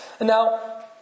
Now